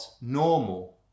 normal